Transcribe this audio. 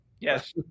Yes